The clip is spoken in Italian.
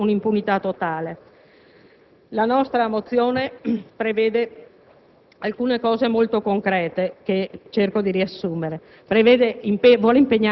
che godono spesso di un'impunità totale. La nostra mozione prevede alcune cose molto concrete che cerco di riassumere.